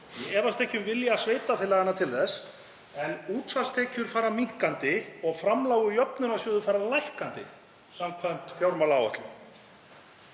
Ég efast ekki um vilja sveitarfélaganna til þess, en útsvarstekjur fara minnkandi og framlög úr jöfnunarsjóði fara lækkandi samkvæmt fjármálaáætlun.